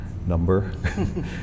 number